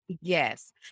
Yes